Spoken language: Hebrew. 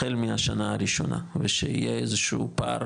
החל מהשנה הראשונה ושיהיה איזשהו פער